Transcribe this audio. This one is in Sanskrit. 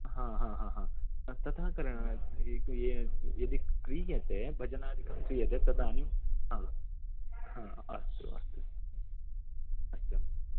हा हा हा हा तथा कर यदि क्रियते भजनादिकं क्रियते तदानीं हा हा अस्तु अस्तु अस्तु